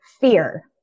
fear